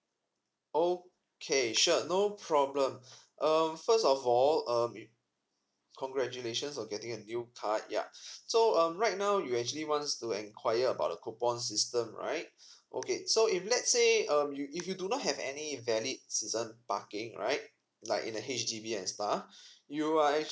okay sure no problem um first of all um congratulations on getting a new card yeah so um right now you actually wants to enquiry about the coupon system right okay so if let's say um you if you do not have any valid season parking right like in the H_D_B and stuff you are